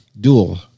dual